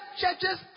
churches